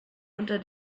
unter